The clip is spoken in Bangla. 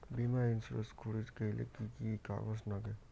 বীমা ইন্সুরেন্স করির গেইলে কি কি কাগজ নাগে?